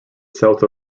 south